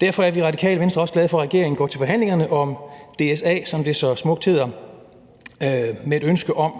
Derfor er vi i Radikale Venstre også glade for, at regeringen går til forhandlingerne om DSA, som det så smukt hedder, med et ønske om,